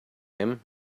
him